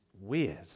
weird